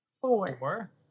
Four